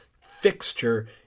fixture